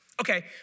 Okay